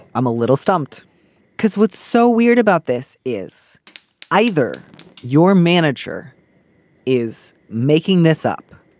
i'm a little stumped because what's so weird about this is either your manager is making this up